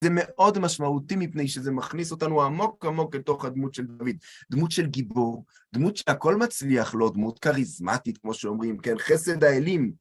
זה מאוד משמעותי מפני שזה מכניס אותנו עמוק עמוק לתוך הדמות של דוד, דמות של גיבור, דמות שהכל מצליח לו, דמות כריזמטית, כמו שאומרים, כן? חסד האלים.